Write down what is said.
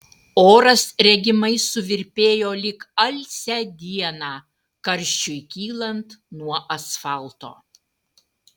oras regimai suvirpėjo lyg alsią dieną karščiui kylant nuo asfalto